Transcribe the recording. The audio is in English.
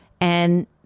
And-